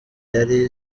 yari